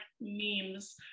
memes